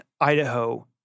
Idaho